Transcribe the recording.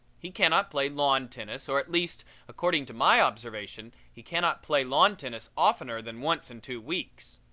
he cannot play lawn tennis, or, at least according to my observation, he cannot play lawn tennis oftener than once in two weeks.